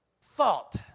fault